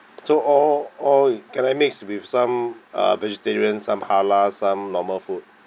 so all all can I mix with some uh vegetarian some halal some normal food